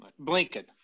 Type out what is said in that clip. blinken